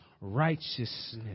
righteousness